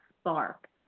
spark